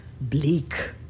bleak